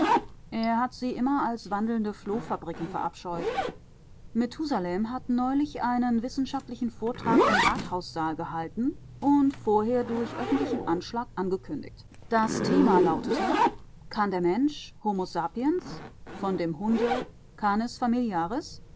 er hat sie immer als wandelnde flohfabriken verabscheut methusalem hat neulich einen wissenschaftlichen vortrag im rathaussaal gehalten und vorher durch öffentlichen anschlag angekündigt das thema lautete kann der mensch homo sapiens von dem hunde